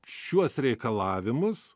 šiuos reikalavimus